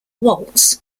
waltz